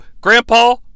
Grandpa